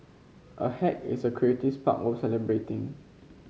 a hack is a spark worth celebrating